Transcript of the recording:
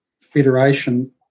federation